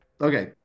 Okay